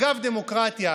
אגב דמוקרטיה